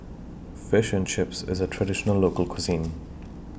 Fish and Chips IS A Traditional Local Cuisine